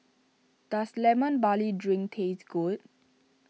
does Lemon Barley Drink taste good